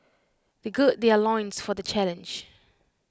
they gird their loins for the challenge